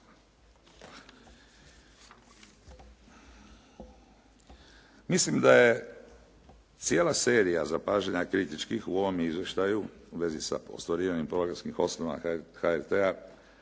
Mislim da je cijela serija zapažanja kritičkih u ovom izvještaju u vezi sa ostvarivanjem programskih osnova HRT-a